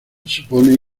supone